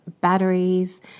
batteries